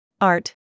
Art